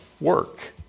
work